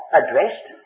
addressed